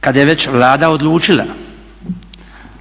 kada je već Vlada odlučila